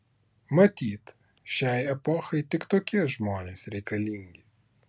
matyt šiai epochai tik tokie žmonės reikalingi